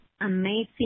amazing